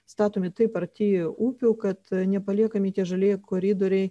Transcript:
statomi taip arti upių kad nepaliekami tie žalieji koridoriai